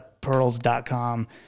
pearls.com